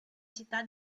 città